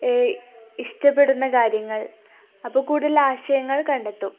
ഇഷ്ടപ്പെടുന്ന കാര്യങ്ങൾ അപ്പോള് കൂടുതൽ ആശയങ്ങൾ കണ്ടെത്തും